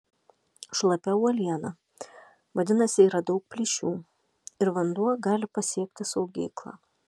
šlapia uoliena vadinasi yra daug plyšių ir vanduo gali pasiekti saugyklą